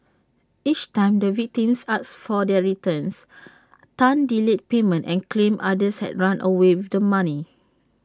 each time the victims asked for their returns Tan delayed payment and claimed others had run away with the money